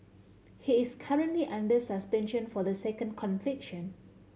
he is currently under suspension for the second conviction